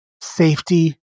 safety